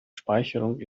speicherung